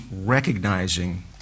recognizing